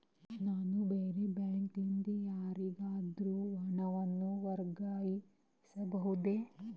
ನಾನು ಬೇರೆ ಬ್ಯಾಂಕ್ ಲಿಂದ ಯಾರಿಗಾದರೂ ಹಣವನ್ನು ವರ್ಗಾಯಿಸಬಹುದೇ?